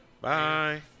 Bye